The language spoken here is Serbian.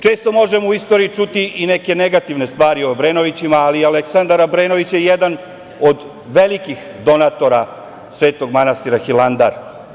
Često možemo u istoriji čuti i neke negativne stvari o Obrenovićima, ali i Aleksandar Obrenović je jedan od velikih donatora Svetog manastira Hilandar.